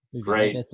great